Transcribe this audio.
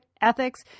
ethics